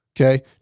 okay